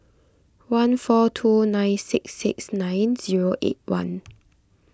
one four two nine six six nine zero eight one